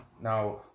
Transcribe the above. Now